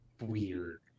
weird